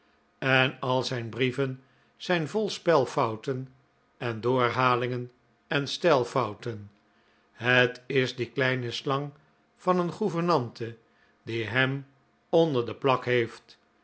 en al zijn brieven zijn vol spelfouten en doorhalingen en stijlfouten het is die kleine slang van een gouvernante die hem onder de plak heeft